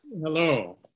Hello